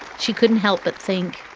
she couldn't help but think